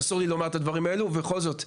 להגיד את הדברים האלה עכשיו אבל בכל זאת,